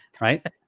right